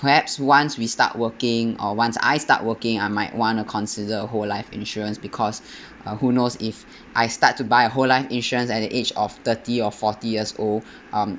perhaps once we start working or once I start working I might want to consider whole life insurance because who knows if I start to buy a whole life insurance at the age of thirty or forty years old um